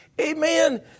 amen